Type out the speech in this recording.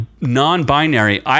non-binary